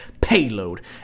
payload